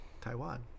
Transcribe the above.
Taiwan